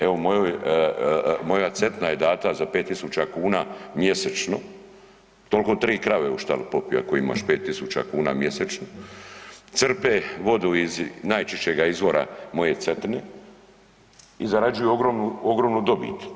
Evo moja Cetina je data za 5000 kn mjesečno, toliko 3 krave u štali popiju ako imaš 5000 mjesečno, crpe vodu iz najčišćega izvora, moje Cetine, i zarađuju ogromnu dobit.